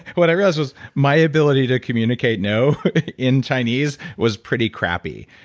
what i realized was, my ability to communicate no in chinese was pretty crappy.